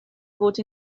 fod